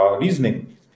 reasoning